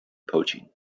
poaching